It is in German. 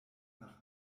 nach